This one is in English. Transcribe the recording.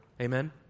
Amen